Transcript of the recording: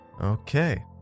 Okay